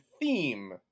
theme